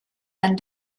and